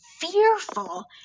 fearful